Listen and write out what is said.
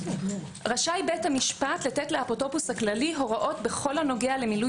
רשאי בית המשפט לתת לאפוטרופוס הכללי הוראות בכל הנוגע למילוי